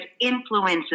influences